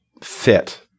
fit